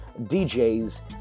DJs